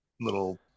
little